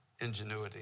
ingenuity